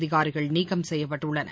அதிகாரிகள் நீக்கம் செய்யப்பட்டுள்ளனர்